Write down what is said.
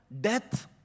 death